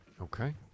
okay